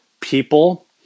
people